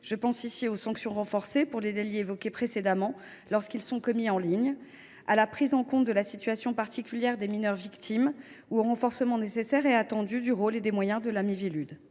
Je pense ici au renforcement des sanctions pour les délits évoqués précédemment lorsqu’ils sont commis en ligne, à la prise en compte de la situation particulière des mineurs victimes ou encore au renforcement nécessaire et attendu du rôle et des moyens de la Miviludes.